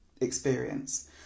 experience